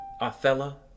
Othello